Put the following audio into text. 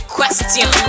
Question